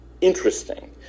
interesting